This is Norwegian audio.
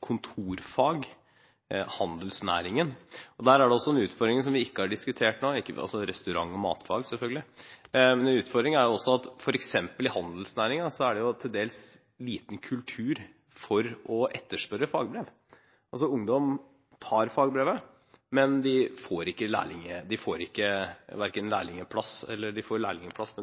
kontorfag, handelsnæring og selvfølgelig restaurant- og matfag. Der er det også en utfordring vi ikke har diskutert ennå, nemlig at det f.eks. i handelsnæringen til dels er liten kultur for å etterspørre fagbrev. Ungdom tar fagbrevet, og de får lærlingplass,